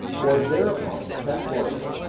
boyd thereupon attacked morrison,